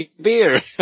beer